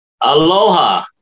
Aloha